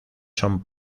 son